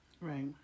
Right